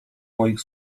moich